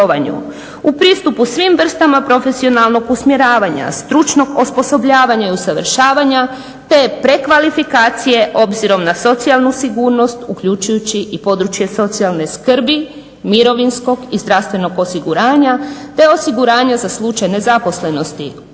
u pristupu svim vrstama profesionalnog usmjeravanja, stručnog osposobljavanja i usavršavanja, te prekvalifikacije obzirom na socijalnu sigurnost uključujući i područje socijalne skrbi, mirovinskog i zdravstvenog osiguranja, te osiguranja za slučaj nezaposlenosti